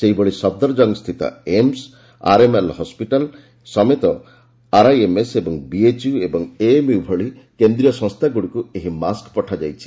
ସେହିଭଳି ସଫଦରଜଙ୍ଗ ସ୍ଥିତ ଏମ୍ନ ଆର୍ଏମ୍ଏଲ୍ ହସପିଟାଲ ସମେତ ଆର୍ଆଇଏମ୍ଏସ୍ ବିଏଚ୍ୟୁ ଏବଂ ଏଏମ୍ୟୁ ଭଳି କେନ୍ଦ୍ରୀୟ ସଂସ୍ଥାଗୁଡ଼ିକୁ ଏହି ମାସ୍କ୍ ପଠାଯାଇଛି